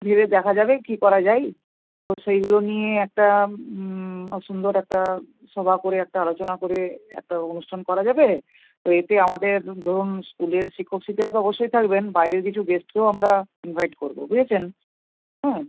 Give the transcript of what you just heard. ভেবে দেখা যাবে কী করা যাই তো সেইগুলো নিয়ে একটা সুন্দর একটা সভা করে একটা আলোচনা করে একটা অনুষ্ঠান করা যাবে তো এতে আমাদের ধরুন স্কুলের শিক্ষক শিক্ষিকা তো অবশ্যই থাকবেন বাইরের কিছু গেস্টকেও আমরা ইনভাইট করবো বুঝেছেন হুম